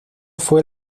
fue